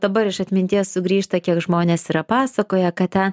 dabar iš atminties sugrįžta kiek žmonės yra pasakoję kad ten